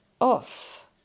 off